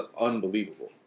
Unbelievable